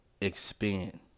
expand